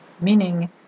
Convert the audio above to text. Meaning